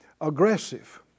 aggressive